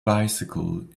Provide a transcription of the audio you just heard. bicycle